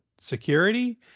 security